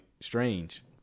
strange